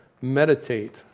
meditate